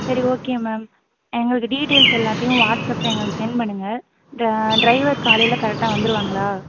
சரி okay ma'am எங்களுக்கு details எல்லாத்தையும் வாட்ஸ்அப்பில் எங்களுக்கு செண்ட் பண்ணுங்கள் இந்த டிரைவர் காலையில் கரெக்டாக வந்துருவாங்களா